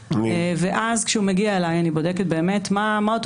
ואז כשהוא מגיע אליי אני בודקת מה אותו